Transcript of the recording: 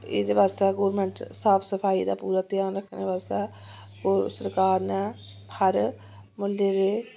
एह्दे बास्तै गौरमैंट साफ सफाई दा पूरा ध्यान रक्खने बास्तै होर सरकार ने हर म्हल्ले दे